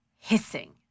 hissing